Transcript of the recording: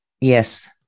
yes